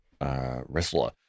wrestler